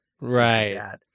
right